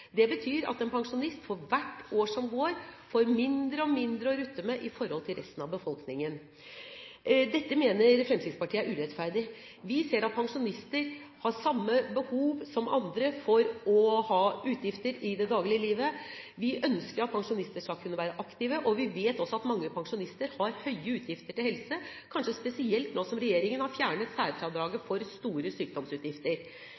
Det betyr at en pensjonist for hvert år som går, får mindre og mindre å rutte med i forhold til resten av befolkningen. Dette mener Fremskrittspartiet er urettferdig. Vi ser at pensjonister har samme behov som andre for å ha utgifter i det daglige livet. Vi ønsker at pensjonister skal kunne være aktive, og vi vet også at mange pensjonister har høye utgifter til helse – kanskje spesielt nå som regjeringen har fjernet